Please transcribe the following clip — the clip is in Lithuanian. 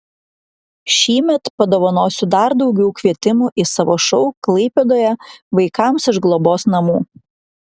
šįmet padovanosiu dar daugiau kvietimų į savo šou klaipėdoje vaikams iš globos namų